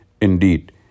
Indeed